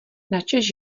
načež